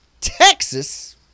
Texas